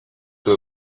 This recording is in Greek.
του